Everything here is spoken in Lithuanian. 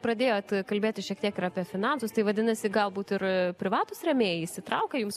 pradėjot kalbėti šiek tiek ir apie finansus tai vadinasi galbūt ir privatūs rėmėjai įsitraukia jums